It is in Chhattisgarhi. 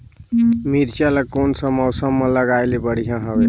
मिरचा ला कोन सा मौसम मां लगाय ले बढ़िया हवे